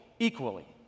Equally